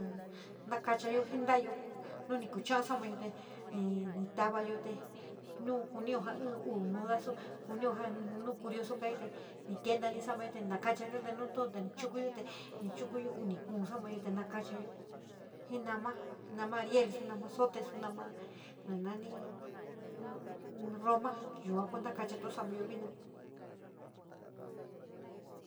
Na kenchayó nta´aya no ni kucha´a somayo ni ní tava yo te nu kaniojaí, uu muda xi kunio curioso kayo te ni kentoni samayote na kachanio te nutu te ni chuku nio te ni chuku nío uu, uni, kuú sa´amayote nakachayo ji nama ariel, xi nama zote, ío no roma toma yua kua ntakachayo sa´ama vina.